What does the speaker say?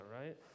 right